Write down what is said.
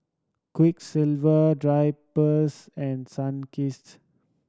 Quiksilver Drypers and Sunkist